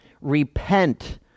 repent